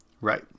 Right